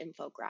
infographic